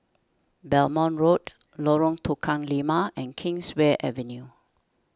Belmont Road Lorong Tukang Lima and Kingswear Avenue